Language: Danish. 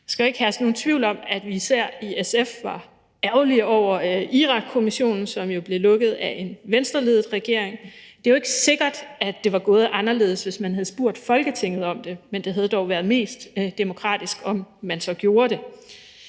Der skal ikke herske nogen tvivl om, at vi især i SF var ærgerlige over Irakkommissionen, som jo blev lukket af en Venstreledet regering. Det er jo ikke sikkert, det var gået anderledes, hvis man havde spurgt Folketinget om det, men det havde dog været mest demokratisk, om man havde gjort det.